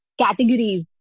categories